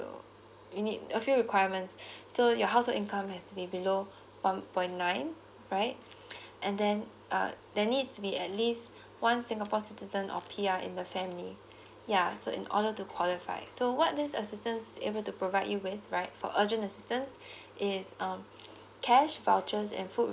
you need a few requirements so your household income has to be below one point nine right and then uh there needs to be at least one singapore citizen or P_R in the family ya so in order to qualify so what this assistance able to provide you with right for urgent assistance is um cash vouchers and food